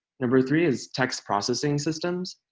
number three is text processing systems.